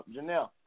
Janelle